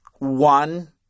One